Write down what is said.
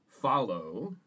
follow